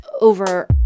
over